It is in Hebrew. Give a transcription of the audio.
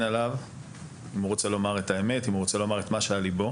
עליו אם הוא רוצה לומר את האמת ואת מה שעל ליבו.